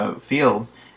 fields